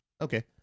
Okay